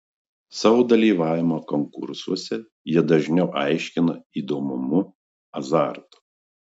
savo dalyvavimą konkursuose jie dažniau aiškina įdomumu azartu